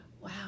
Wow